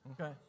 Okay